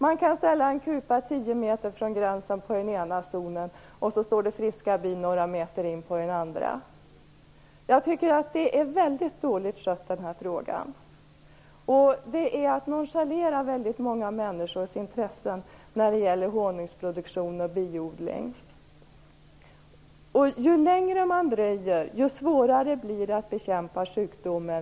Man kan ställa en kupa 10 m från gränsen till den ena zonen, och så står det friska bin några meter in på den andra. Jag tycker att den här frågan är mycket dåligt skött. Det är att nonchalera många människors intresse när det gäller honungsproduktion och biodling. Ju längre man dröjer, desto svårare och dyrare blir det att bekämpa sjukdomen.